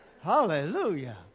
Hallelujah